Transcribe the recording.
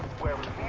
welcome